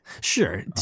Sure